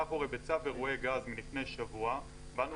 אנחנו הרי בצו אירועי גז מלפני שבוע באנו